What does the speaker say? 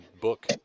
book